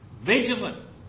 vigilant